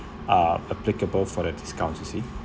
uh applicable for the discounts you see